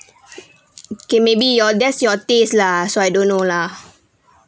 okay maybe your that's your tastes lah so I don't know lah